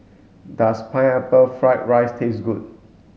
does pineapple fried rice taste good